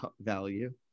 value